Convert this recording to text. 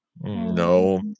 No